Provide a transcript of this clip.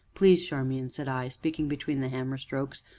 please, charmian, said i, speaking between the hammer-strokes,